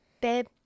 babe